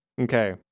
Okay